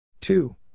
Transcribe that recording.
two